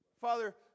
Father